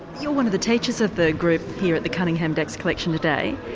you're one of the teachers of the group here at the cunningham dax collection today.